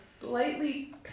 slightly